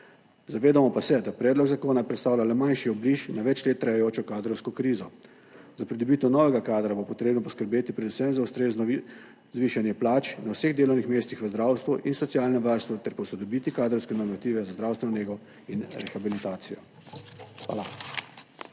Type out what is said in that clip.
Zavedamo pa se, da predlog zakona predstavlja le manjši obliž na več let trajajočo kadrovsko krizo. Za pridobitev novega kadra bo potrebno poskrbeti predvsem za ustrezno zvišanje plač na vseh delovnih mestih v zdravstvu in socialnem varstvu ter posodobiti kadrovske normative za zdravstveno nego in rehabilitacijo. Hvala.